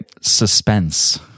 suspense